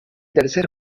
tercer